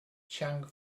chang